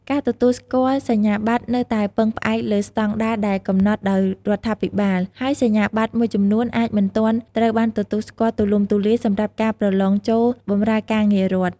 ការទទួលស្គាល់សញ្ញាបត្រនៅតែពឹងផ្អែកលើស្តង់ដារដែលកំណត់ដោយរដ្ឋាភិបាល ហើយសញ្ញាបត្រមួយចំនួនអាចមិនទាន់ត្រូវបានទទួលស្គាល់ទូលំទូលាយសម្រាប់ការប្រឡងចូលបម្រើការងាររដ្ឋ។